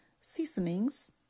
Seasonings